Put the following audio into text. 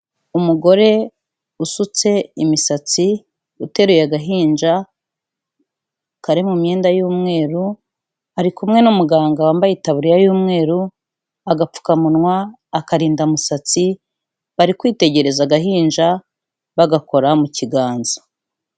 Umugore usutse imisatsi uteruye agahinja kari mu myenda y'umweru, ari kumwe n'umuganga wambaye itaburiya y'umweru, agapfukamunwa, akarindamusatsi bari kwitegereza agahinja bagakora mu kiganza.